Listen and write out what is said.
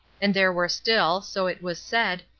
and there were still, so it was said,